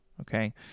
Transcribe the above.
okay